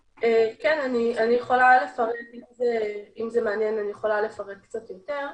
כן, אם זה מעניין אני יכולה לפרט קצת יותר.